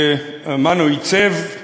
שמנו עיצב,